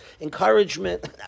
encouragement